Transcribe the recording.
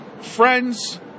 Friends